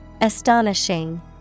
Astonishing